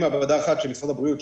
ממעבדה אחת של משרד הבריאות,